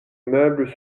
meubles